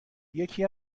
یکی